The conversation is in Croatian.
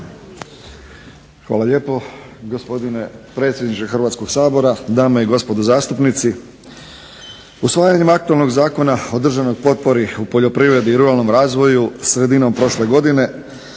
Hvala lijepo gospodine predsjedniče Hrvatskog sabora, dame i gospodo zastupnici. Usvajanjem aktualnog zakona o državnoj potpori poljoprivredi i ruralnom razvoju sredinom prošle godine